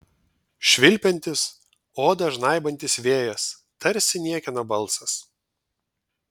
švilpiantis odą žnaibantis vėjas tarsi niekieno balsas